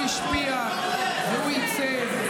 אז הוא השפיע והוא עיצב,